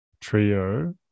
trio